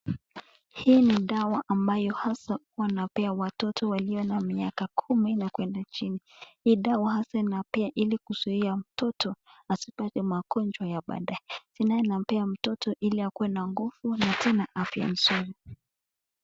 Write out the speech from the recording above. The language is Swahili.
Hii ni dawa ambayo haswa wanapea watoto walio na miaka na kuenda chini hii dawa hasa anapea ili kuzuia mtoto asipate magonjwa ya badaye hizi naye anampea mtoto ili akuwe na nguvu na tena afya nzuri.